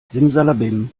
simsalabim